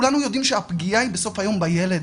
כולנו יודעים שהפגיעה היא בסוף היום בילד,